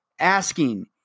Asking